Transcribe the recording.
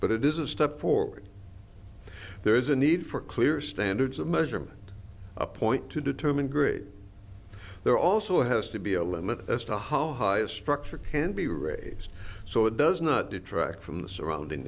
but it is a step forward there is a need for clear standards of measurement a point to determine grid there also has to be a limit as to how high a structure can be raised so it does not detract from the surrounding